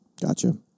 Gotcha